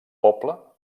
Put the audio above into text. poble